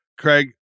Craig